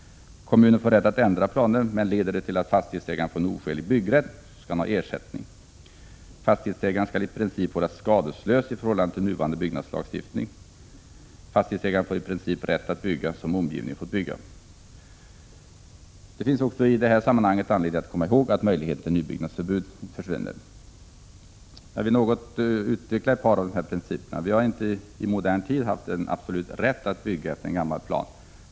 Kommunen får rätt att ändra planer, men leder det till att fastighetsägaren får en oskälig byggrätt skall han ha ersättning. —- Fastighetsägaren skall i princip hållas skadeslös i förhållande till nuvaran 2 de byggnadslagstiftning. Prot. 1986/87:36 -— Fastighetsägaren får i princip rätt att bygga som omgivningen har fått 26 november 1986 bygga. En ny planoch Det finns också i detta sammanhang anledning att komma ihåg att bygglag, m.m. nybyggnadsförbud försvinner. Jag vill något utveckla ett par av de här principerna. Vi har inte i modern tid haft en absolut rätt att bygga efter en gammal plan.